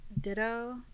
ditto